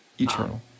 Eternal